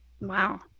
Wow